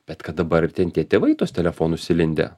bet kad dabar ir ten tie tėvai į tuos telefonus įlindę